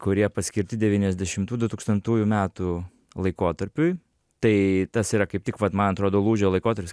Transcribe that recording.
kurie paskirti devyniasdešimtų dutūkstantųjų metų laikotarpiui tai tas yra kaip tik vat man atrodo lūžio laikotarpis